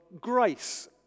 grace